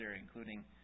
including